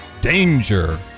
Danger